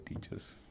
teachers